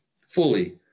fully